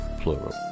plural